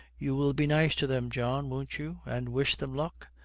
you will be nice to them, john, won't you, and wish them luck?